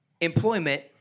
Employment